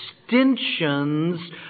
extensions